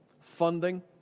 Funding